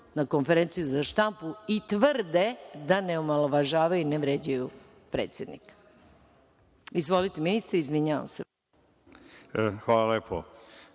na konferenciju za štampu i tvrde da ne omalovažavaju i ne vređaju predsednika. Izvolite ministre, izvinjavam se. **Dušan